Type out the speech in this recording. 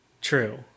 True